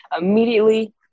immediately